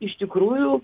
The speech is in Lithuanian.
iš tikrųjų